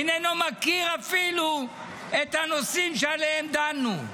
איננו מכיר אפילו את הנושאים שעליהם דנו.